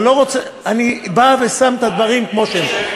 אני בא ושם את הדברים כמו שהם.